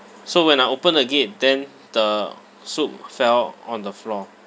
so when I open the gate then the soup fell on the floor